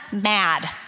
mad